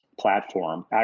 platform